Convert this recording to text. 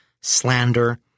slander